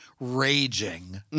raging